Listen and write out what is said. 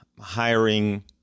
hiring